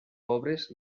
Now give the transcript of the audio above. pobres